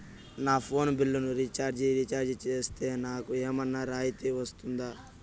నా ఫోను బిల్లును recharge recharge సేస్తే, నాకు ఏమన్నా రాయితీ వస్తుందా?